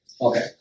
Okay